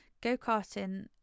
go-karting